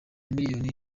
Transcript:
miliyoni